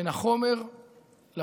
בין החומר לרוח,